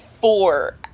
four